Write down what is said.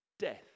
death